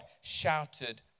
shouted